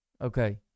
Okay